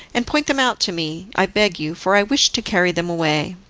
and point them out to me, i beg you, for i wish to carry them away.